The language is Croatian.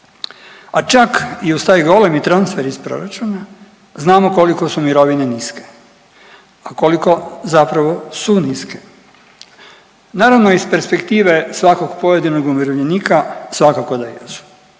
a čak i uz taj golemi transfer iz proračuna znamo koliko su mirovine niske, a koliko zapravo su niske. Naravno iz perspektive svakog pojedinog umirovljenika svakako da jesu,